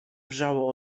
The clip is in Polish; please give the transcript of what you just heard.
wrzało